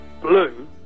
blue